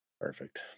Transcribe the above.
Perfect